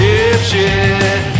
Dipshit